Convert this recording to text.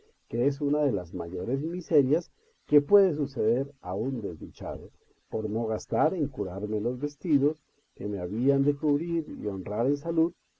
que es una de las mayores miserias que puede suceder a un desdichado por no gastar en curarme los vestidos que me habían de cubrir y honrar en salud